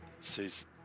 sees